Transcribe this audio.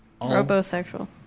Robosexual